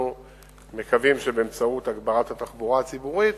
אנחנו מקווים שבאמצעות הגברת התחבורה הציבורית